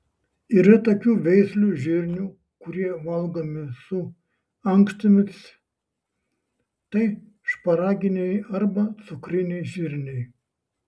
yra tokių veislių žirnių kurie valgomi su ankštimis tai šparaginiai arba cukriniai žirniai